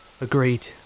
Agreed